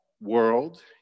world